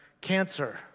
cancer